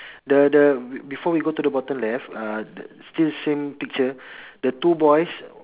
the the before we go to the bottom left uh still same picture the two boys